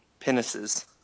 penises